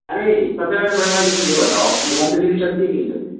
अरे सबसे पहले बड़े भाई जी तुम ये बताओ कि होम डिलीवरी चलती है कि नहीं चलती